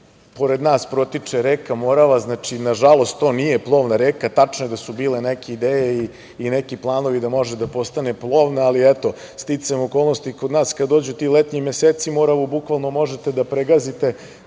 pored nas protiče reka Morava, na žalost to nije plovna reka, tačno je da su bile neke ideje i neki planovi da može da postane plovna, ali eto sticajem okolnosti, kada dođu ti letnji meseci, Moravu možete bukvalno da pregazite.